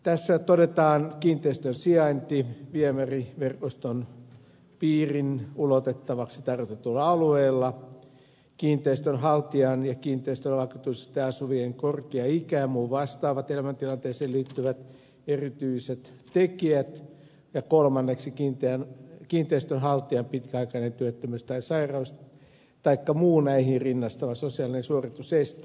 tässä todetaan kiinteistön sijainti viemäriverkoston piiriin ulotettavaksi tarkoitetulla alueella kiinteistön haltijan ja kiinteistöllä vakituisesti asuvien korkea ikä ja muut vastaavat elämäntilanteeseen liittyvät erityiset tekijät ja kolmanneksi kiinteistön haltijan pitkäaikainen työttömyys tai sairaus taikka muu näihin rinnastuva sosiaalinen suorituseste